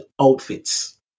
outfits